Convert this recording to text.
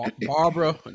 Barbara